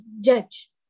judge